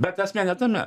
bet esmė ne tame